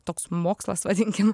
toks mokslas vadinkim